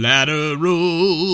Lateral